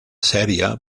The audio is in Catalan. sèrie